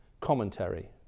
Commentary